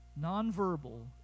nonverbal